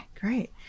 great